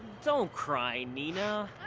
don't cry, nina.